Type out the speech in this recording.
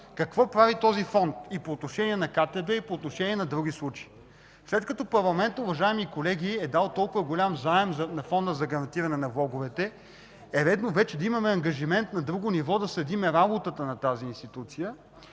какво прави този Фонд – и по отношение на КТБ, и по отношение на други случаи. Уважаеми колеги, след като парламентът е дал толкова голям заем на Фонда за гарантиране на влоговете, редно е вече да имаме ангажимент и на друго ниво да следим работата на тази институция